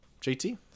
JT